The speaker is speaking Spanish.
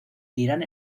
irán